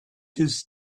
his